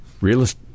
realist